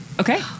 Okay